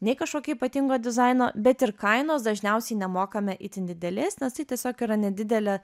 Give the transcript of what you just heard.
nei kažkokio ypatingo dizaino bet ir kainos dažniausiai nemokame itin didelės nes tai tiesiog yra nedidelė